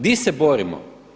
Di se borimo?